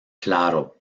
claro